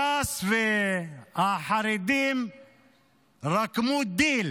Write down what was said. ש"ס והחרדים רקמו דיל